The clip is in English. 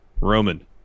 Roman